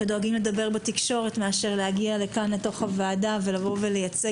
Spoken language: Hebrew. ודואגים לדבר בתקשורת מאשר להגיע לכאן לוועדה ולייצג